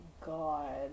God